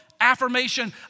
affirmation